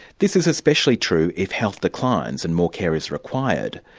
this is especially true if health declines and more care is required.